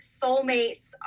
soulmates